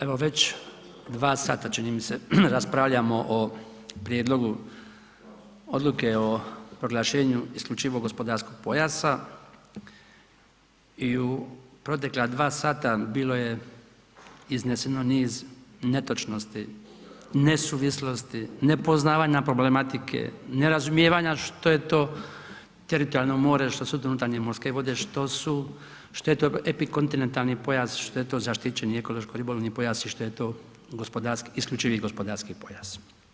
Evo već 2 sata, čini mi se raspravljamo o Prijedlogu odluke o proglašenju isključivog gospodarskog pojasa i u protekla 2 sata bilo je izneseno niz netočnosti, nesuvislosti, nepoznavanja problematike, nerazumijevanja što je to teritorijalno more, što su to unutarnje morske vode, što je to epikontinentalni pojas, što je to zaštićeni ekološko ribolovni pojas i što je to isključivi gospodarski pojas.